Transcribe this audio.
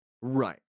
Right